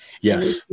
Yes